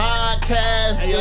Podcast